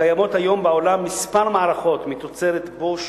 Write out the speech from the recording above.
קיימות היום בעולם כמה מערכות, מתוצרת Bosch,